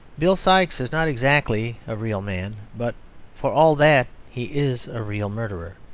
bill sikes is not exactly a real man, but for all that he is a real murderer.